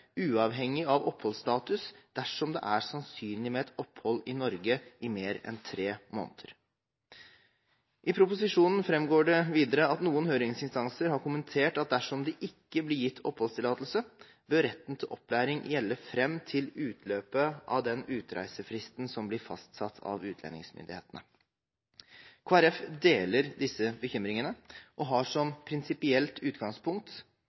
uavhengig av oppholdsstatus, dersom det er sannsynlig med et opphold i Norge på mer enn tre måneder. I proposisjonen framgår det videre at noen høringsinstanser har kommentert at dersom det ikke blir gitt oppholdstillatelse, bør retten til opplæring gjelde fram til utløpet av den utreisefristen som blir fastsatt av utlendingsmyndighetene. Kristelig Folkeparti deler disse bekymringene og har som prinsipielt utgangspunkt